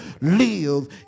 live